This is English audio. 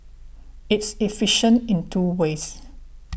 it's efficient in two ways